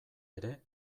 ere